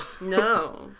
No